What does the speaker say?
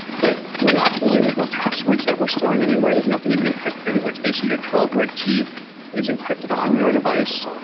but we're not holding. there's no passwords that we're storing anywhere. there's nothing even encrypted anywhere. it's basically your twelve word key is encrypted on your device.